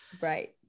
Right